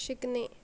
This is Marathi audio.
शिकणे